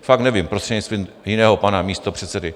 Fakt nevím, prostřednictvím jiného pana místopředsedy.